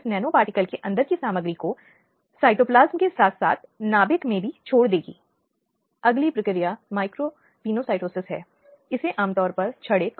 महिला की पीड़ा और दर्द में आवश्यक कानूनी सहायता चिकित्सा आदि का ध्यान रखा जाता है इस महिला को दिया जाता है